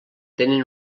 tenen